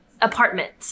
apartment